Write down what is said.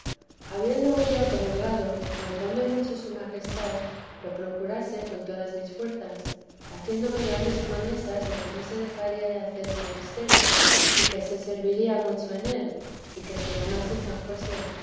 habiendo un día comulgado mandóme mucho su majestad lo procurase con todas mis fuerzas haciéndome grandes promesas de que no se dejaría de hacer el monasterio y que se serviría mucho en él y que se llamase san josé